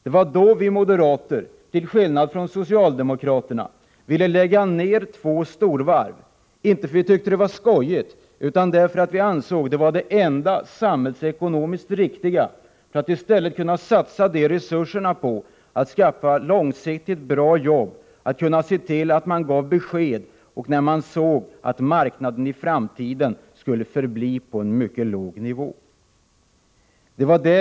Det var då vi moderater, till skillnad från socialdemokraterna, ville lägga ner två storvarv, inte därför att vi tyckte att det var skojigt utan därför att vi ansåg att det var det enda samhällsekonomiskt riktiga för att resurserna skulle kunna satsas på skapandet av långsiktigt bra jobb, för att det skulle ges besked och för att marknaden i framtiden skulle förbli på en mycket låg nivå.